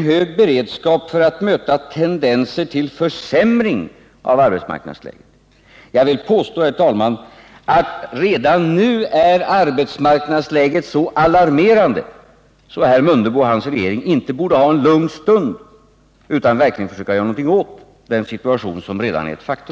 hög beredskap för att möta tendenser till försämring av arbetsmarknadsläget. Jag vill, herr talman, påstå att arbetsmarknadsläget redan nu är så alarmerande att herr Mundebo och hans regering inte borde ha en lugn stund, utan verkligen försöka göra någonting åt den situation som redan är ett faktum.